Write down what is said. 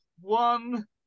one